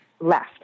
left